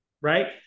right